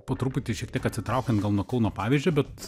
po truputį šiek tiek atsitraukiant gal nuo kauno pavyzdžio bet